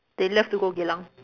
they love to go Geylang